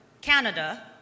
Canada